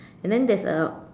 and then there's a